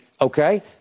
Okay